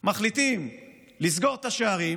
מחליטים לסגור את השערים